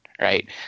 right